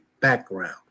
background